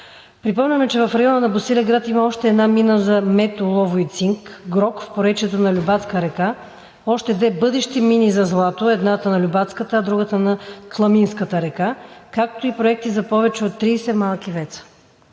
Припомняме, че в района на Босилеград има още една мина за мед, олово и цинк – „Грот“ в поречието на Любатска река, още две бъдещи мини за злато – едната на Любатската, а другата на Тлъминската река, както и проекти за повече от 30 малки ВЕЦ-а.